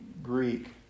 Greek